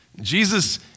Jesus